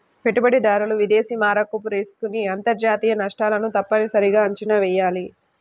పెట్టుబడిదారులు విదేశీ మారకపు రిస్క్ ని అంతర్జాతీయ నష్టాలను తప్పనిసరిగా అంచనా వెయ్యాలి